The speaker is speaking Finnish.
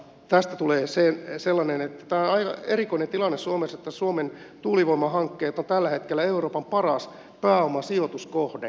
tästä tulee sellainen että tämä on aika erikoinen tilanne suomessa että suomen tuulivoimahankkeet on tällä hetkellä euroopan paras pääomasijoituskohde